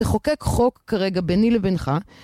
לחוקק חוק כרגע ביני לבינך.